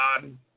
God